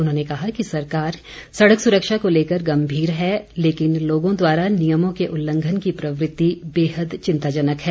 उन्होंने कहा कि सरकार सड़क सुरक्षा को लेकर गम्भीर है लेकिन लोगों द्वारा नियमों के उल्लंघन की प्रवृत्ति बेहद चिंताजनक है